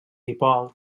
dipol